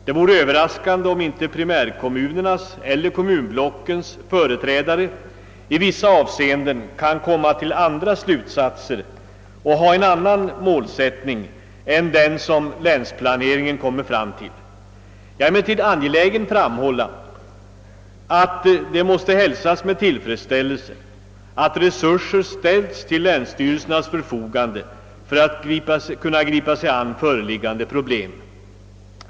Det vore överraskande om inte primärkommunernas eller kommunblockens företrädare i vissa avseenden kan komma till andra slutsatser och ha en annan målsättning än den länsplaneringen kommit fram till. Jag är emellertid angelägen att framhålla att det måste hälsas med tillfredsställelse att resurser ställts till länsstyrelsernas förfogande för att de skall kunna gripa sig an föreliggande problem.